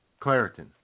Claritin